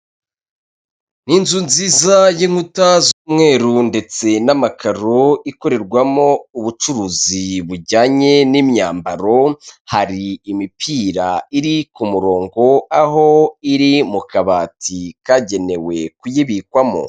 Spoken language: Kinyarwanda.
Ni inzu nziza y'inkuta z'umweru ndetse n'amakaro ikorerwamo ubucuruzi bujyanye n'imyambaro, hari imipira iri ku murongo aho iri mu kabati kagenewe kuyibikwamo.